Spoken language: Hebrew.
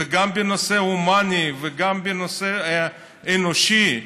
גם בנושא ההומני וגם בנושא האנושי: